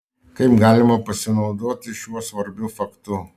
kaip galima pasinaudoti šiuo svarbiu faktu